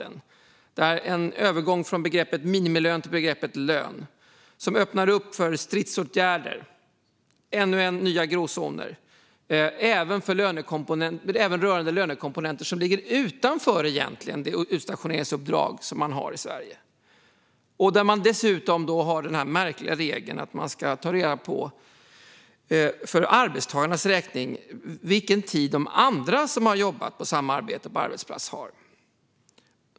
Det är en övergång från begreppet minimilön till begreppet lön, som öppnar upp för stridsåtgärder och nya gråzoner även rörande lönekomponenter som egentligen ligger utanför det utstationeringsuppdrag som man har i Sverige. Dessutom har man den märkliga regeln att man för arbetstagarnas räkning ska ta reda på den tid som andra har utfört samma jobb på samma arbetsplats.